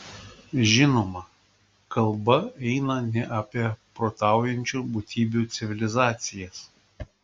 žinoma kalba eina ne apie protaujančių būtybių civilizacijas